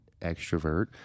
extrovert